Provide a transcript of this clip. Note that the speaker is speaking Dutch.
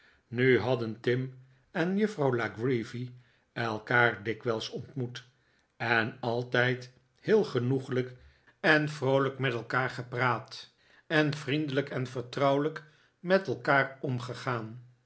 nu hadden tim en juffrouw la creevy elkaar dikwijls ontmoet en altijd heel genoeglijk en vroolijk met elkaar gepraat en vriendelijk en vertrouwelijk met elkaar omgegaan